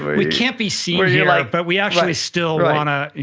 we can't be seen here, like but we actually still wanna